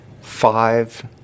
five